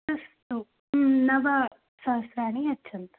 अस्तु नवसहस्राणि यच्छन्तु